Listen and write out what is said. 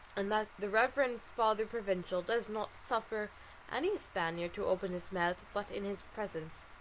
and that the reverend father provincial does not suffer any spaniard to open his mouth but in his presence,